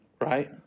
right